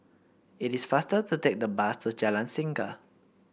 it is faster to take the bus to Jalan Singa